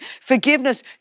forgiveness